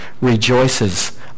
rejoices